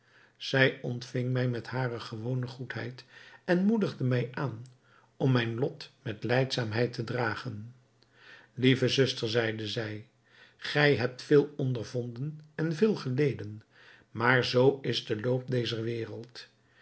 zij ontving mij met hare gewone goedheid en moedigde mij aan om mijn lot met lijdzaamheid te dragen lieve zuster zeide zij gij hebt veel ondervonden en veel geleden maar zoo is de loop dezer wereld